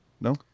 No